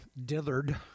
dithered